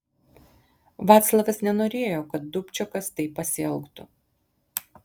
vaclavas nenorėjo kad dubčekas taip pasielgtų